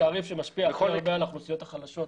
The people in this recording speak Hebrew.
תעריף שמשפיע הכי הרבה על האוכלוסיות החלשות.